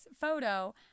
photo